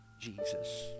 Jesus